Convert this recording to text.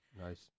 Nice